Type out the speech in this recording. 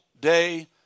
day